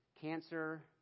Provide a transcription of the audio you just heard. cancer